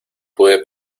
pude